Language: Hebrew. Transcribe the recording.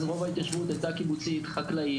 אז רוב ההתיישבות הייתה קיבוצית חקלאית,